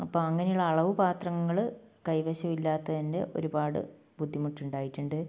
അപ്പം അങ്ങനെയുള്ള അളവ് പാത്രങ്ങള് കൈവശം ഇല്ലാത്തതിൻ്റെ ഒരുപാട് ബുദ്ധിമുട്ടുണ്ടായിട്ടുണ്ട്